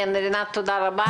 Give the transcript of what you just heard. רינת, תודה רבה.